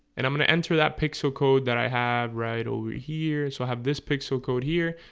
and i'm gonna enter that pixel code that i have right over here so i have this pixel code here.